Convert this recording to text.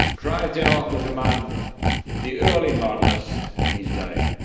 drysdale was among the early modernists. in his day,